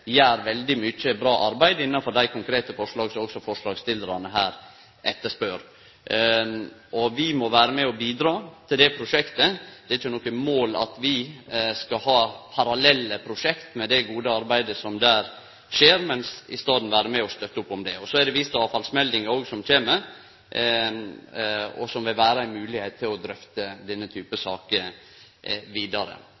det prosjektet. Det er ikkje noko mål at vi skal ha parallelle prosjekt til det gode arbeidet som der skjer, men i staden vere med og støtte opp om det. Det er vist til at avfallsmeldinga som kjem, òg vil vere ei moglegheit til å drøfte denne